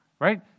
right